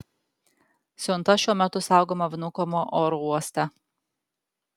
siunta šiuo metu saugoma vnukovo oro uoste